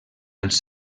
els